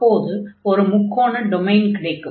அப்போது ஒரு முக்கோண டொமைன் கிடைக்கும்